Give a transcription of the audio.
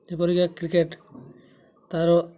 ଯେପରିକି କ୍ରିକେଟ୍ ତା'ର